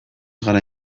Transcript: gara